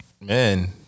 man